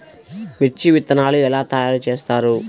మిర్చి విత్తనాలు ఎలా తయారు చేస్తారు?